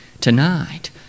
Tonight